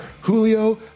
Julio